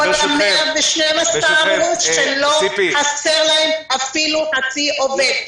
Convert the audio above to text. כל ה-112 אמרו שלא חסר להם אפילו חצי עובד.